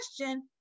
question